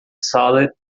solid